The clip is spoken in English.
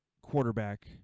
quarterback